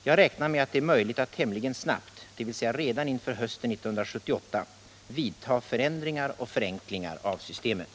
Jag räknar med att det är möjligt att tämligen snabbt, dvs. redan inför hösten 1978, vidta förändringar och förenklingar av systemet.